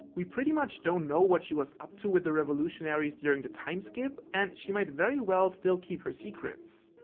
we pretty much don't know what she was up to with the revolutionaries during the time skip and she might very well still keep her secrets.